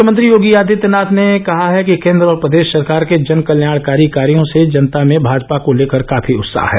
मुख्यमंत्री योगी आदित्यनाथ ने कहा है कि केन्द्र और प्रदेष सरकार के जन कल्याणकारी कार्यो से जनता में भाजपा को लेकर काफी उत्साह है